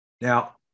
Now